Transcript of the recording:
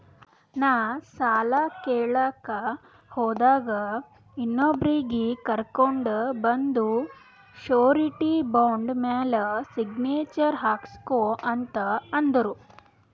ನಾ ಸಾಲ ಕೇಳಲಾಕ್ ಹೋದಾಗ ಇನ್ನೊಬ್ರಿಗಿ ಕರ್ಕೊಂಡ್ ಬಂದು ಶೂರಿಟಿ ಬಾಂಡ್ ಮ್ಯಾಲ್ ಸಿಗ್ನೇಚರ್ ಹಾಕ್ಸೂ ಅಂತ್ ಅಂದುರ್